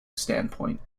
standpoint